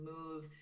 move